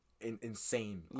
insane